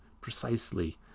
precisely